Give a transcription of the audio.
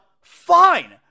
Fine